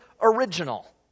original